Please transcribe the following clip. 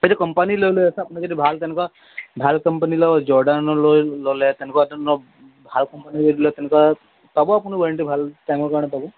এইটো কোম্পানী লৈ লৈ আছে আপুনি যদি ভাল তেনেকুৱা ভাল কম্পানী লয় জৰ্ডানৰ লয় ল'লে তেনেকুৱা তে ভাল কোম্পানী যদি লয় তেনেকুৱা পাব আপুনি ৱাৰেণ্টি ভাল টাইমৰ কাৰণে পাব